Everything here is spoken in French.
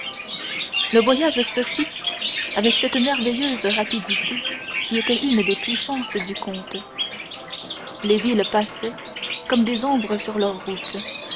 le voyage se fit avec cette merveilleuse rapidité qui était une des puissances du comte les villes passaient comme des ombres sur leur route